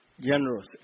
generous